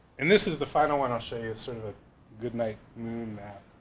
and this is the final one, i'll show you sort of a good night moon map.